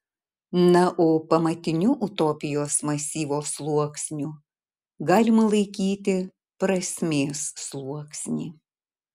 na o pamatiniu utopijos masyvo sluoksniu galima laikyti prasmės sluoksnį